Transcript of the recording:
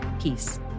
Peace